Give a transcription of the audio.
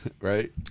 Right